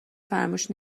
فراموش